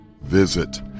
Visit